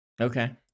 Okay